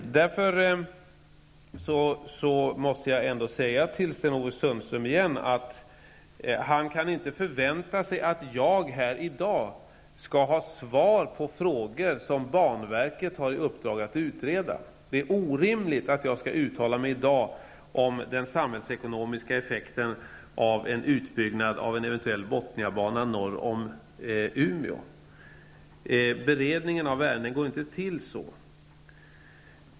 Därför måste jag igen säga till Sten-Ove Sundström att han inte kan förvänta sig att jag här i dag skall ha svar på frågor som banverket har i uppdrag att utreda. Det är orimligt att jag skall uttala mig i dag om den samhällsekonomiska efffekten av en utbyggnad av en eventuell Bothniabana norr om Umeå. Beredningen av ärenden går inte till så.